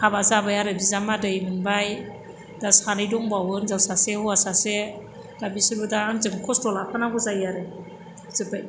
हाबा जाबाय आरो बिजामादै मोनबाय दा सानै दंबावो हिन्जाव सासे हौवा सासे दा बिसोरबो दा आंजों खस्थ' लाफानांगौ जायो आरो जोब्बाय